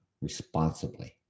responsibly